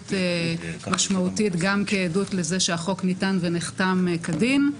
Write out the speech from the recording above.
חשיבות משמעותית גם כעדות לזה שהחוק ניתן ונחתם כדין.